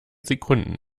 sekunden